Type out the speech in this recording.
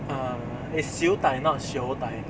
err is siew dai not seow dai